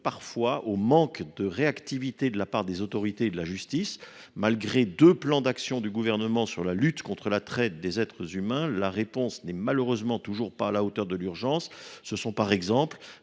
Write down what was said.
parfois au manque de réactivité de la part des autorités et de la justice. Malgré deux plans d’action du Gouvernement pour lutter contre la traite des êtres humains, la réponse n’est malheureusement toujours pas à la hauteur de l’urgence. Par exemple,